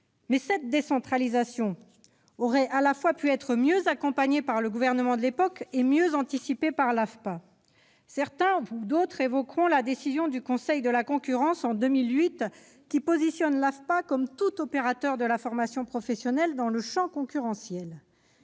2009. Cette décentralisation aurait à la fois pu être mieux accompagnée par le gouvernement de l'époque et mieux anticipée par l'AFPA. D'autres évoquent la décision du Conseil de la concurrence de 2008 qui positionne l'AFPA, comme tout opérateur de la formation professionnelle, dans le champ concurrentiel.